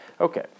Okay